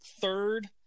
third